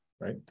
right